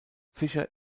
fischer